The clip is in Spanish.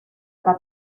haga